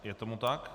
Je tomu tak.